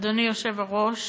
אדוני היושב-ראש,